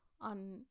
on